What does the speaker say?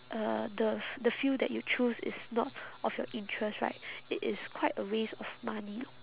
uh the f~ the field that you choose is not of your interest right it is quite a waste of money